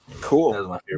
Cool